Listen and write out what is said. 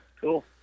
Cool